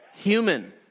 human